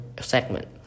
segment